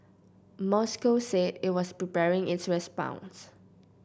Moscow said it was preparing its response